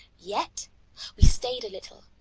yet we stayed a little,